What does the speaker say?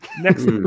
next